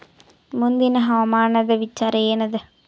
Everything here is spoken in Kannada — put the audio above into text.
ಮುಂದಿನ ಹವಾಮಾನದ ವಿಚಾರ ಏನದ?